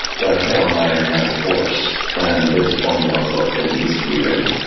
but carol and i are now divorced, and there's one more book that needs to be written.